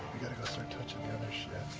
got to go start touching the other shit.